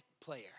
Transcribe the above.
player